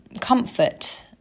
comfort